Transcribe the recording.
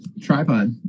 Tripod